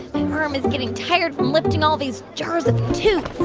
my arm is getting tired from lifting all these jars of toots